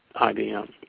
IBM